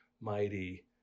mighty